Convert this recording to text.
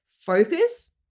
Focus